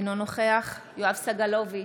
אינו נוכח יואב סגלוביץ'